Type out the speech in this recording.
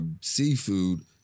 seafood